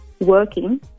working